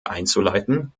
einzuleiten